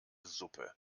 suppe